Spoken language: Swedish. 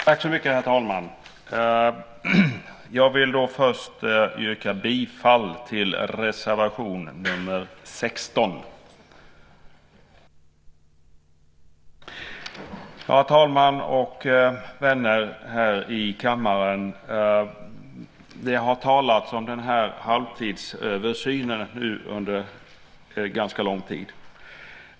Herr talman! Jag vill först yrka bifall till reservation nr 16. Herr talman och vänner här i kammaren! Det har talats om den här halvtidsöversynen under ganska lång tid nu.